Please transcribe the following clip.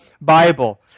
Bible